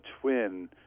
twin